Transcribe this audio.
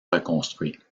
reconstruit